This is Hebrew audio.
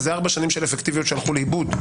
אז זה ארבע שנים של אפקטיביות שהלכו לאיבוד.